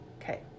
okay